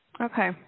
Okay